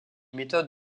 méthodes